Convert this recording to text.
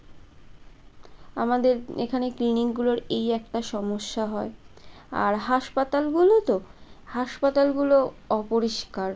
আমাদের এখানে ক্লিনিকগুলোর এই একটা সমস্যা হয় আর হাসপাতালগুলো তো হাসপাতালগুলো অপরিষ্কার